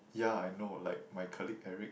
yeah I know like my colleague Eric